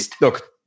look